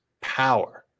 power